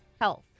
health